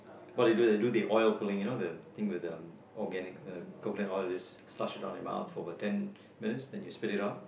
what do they do they do the oil pulling you know the thing with um organic uh coconut oil you just slush it all in your mouth for about ten minutes then you spit it out